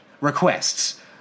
requests